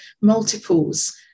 multiples